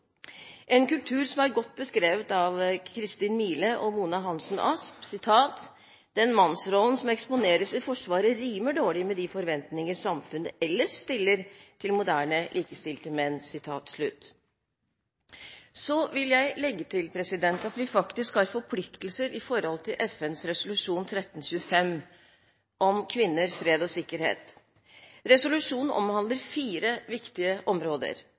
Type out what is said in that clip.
en kultur som er godt beskrevet av Kristin Mile og Mona Hansen-Asp: «Den mannsrollen som eksponeres i Forsvaret rimer dårlig med de forventninger samfunnet ellers stiller til moderne, likestilte menn.» Så vil jeg legge til at vi faktisk har forpliktelser i forhold til FNs resolusjon 1325 om kvinner, fred og sikkerhet. Resolusjonen omhandler fire viktige områder: